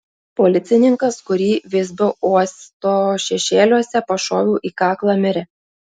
policininkas kurį visbio uosto šešėliuose pašoviau į kaklą mirė